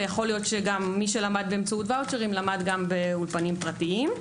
ויכול להיות שמי שלמד באמצעות ואוצ'רים למד גם באולפנים פרטיים.